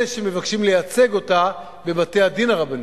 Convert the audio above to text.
מאלה שמבקשים לייצג אותה בבתי-הדין הרבניים.